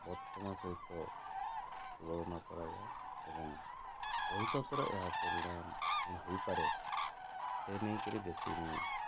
ବର୍ତ୍ତମାନ ସହିତ ତୁଳନା କରାଯାଏ ଏବଂ ଭବିଷ୍ୟତର ଏହା ପରିଣାମ କ'ଣ ହେଇପାରେ ସେ ନେଇକିରି ବେଶି ମୁଁ